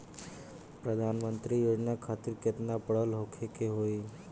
प्रधानमंत्री योजना खातिर केतना पढ़ल होखे के होई?